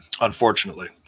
unfortunately